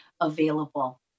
available